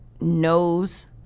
knows